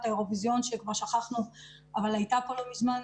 האירוויזיון שכבר שכחנו אותה אבל היא הייתה כאן לא מזמן,